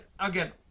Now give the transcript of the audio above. again